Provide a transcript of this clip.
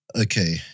Okay